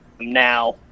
now